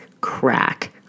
crack